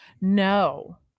no